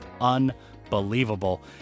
unbelievable